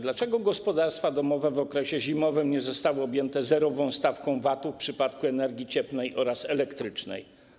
Dlaczego gospodarstwa domowe w okresie zimowym nie zostały objęte zerową stawką VAT-u w przypadku energii cieplnej oraz elektrycznej?